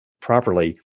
properly